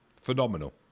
Phenomenal